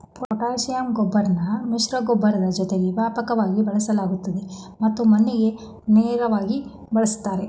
potassium ಗೊಬ್ರನ ಮಿಶ್ರಗೊಬ್ಬರದ್ ಜೊತೆ ವ್ಯಾಪಕವಾಗಿ ಬಳಸಲಾಗ್ತದೆ ಮತ್ತು ಮಣ್ಣಿಗೆ ನೇರ್ವಾಗಿ ಬಳುಸ್ತಾರೆ